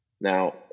Now